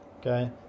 okay